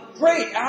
great